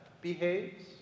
behaves